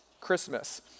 Christmas